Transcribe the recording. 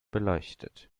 beleuchtet